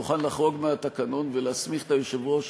מוכן לחרוג מהתקנון ולהסמיך את היושב-ראש